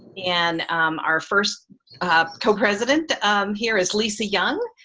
and our first co-president here is lisa young.